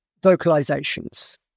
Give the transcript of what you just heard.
vocalizations